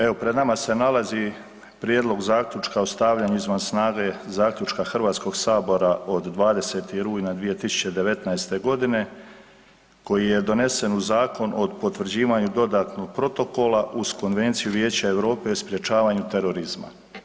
Evo pred nama se nalazi Prijedlog Zaključka o stavljanju izvan snage Zaključka HS-a od 20. rujna 2019. g. koji je donesen uz Zakon o potvrđivanju dodatnog Protokola uz Konvenciju Vijeća Europe o sprječavanju terorizma.